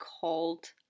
called